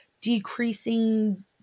decreasing